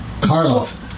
Carlos